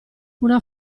una